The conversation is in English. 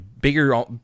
bigger